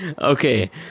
Okay